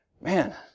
man